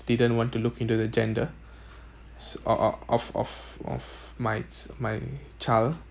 didn't want to look into the gender s~ of of of my my child